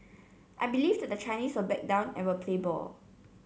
I believe that the Chinese will back down and will play ball